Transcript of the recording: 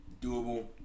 doable